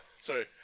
Sorry